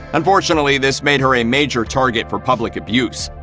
unfortunately, this made her a major target for public abuse.